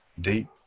Deep